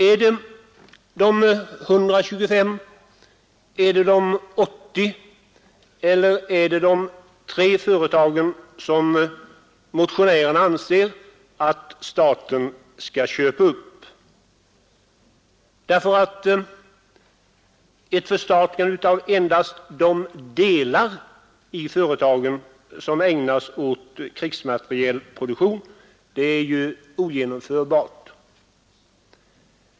Är det de 125, de 80 eller är det de 3 nämnda företagen som motionärerna vill att staten skall köpa upp? Ett förstatligande av endast de delar i företagen som ägnas åt krigsmaterielproduktion är ju ogenomförbart.